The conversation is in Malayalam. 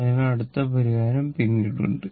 അതിനാൽ അടുത്ത പരിഹാരം പിന്നീട് ഉണ്ട്